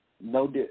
no